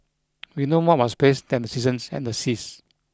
we know more about space than the seasons and the seas